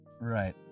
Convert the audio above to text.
Right